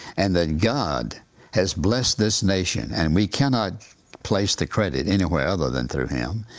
and that god has blessed this nation. and we cannot place the credit anywhere other than through him.